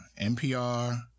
NPR